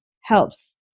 helps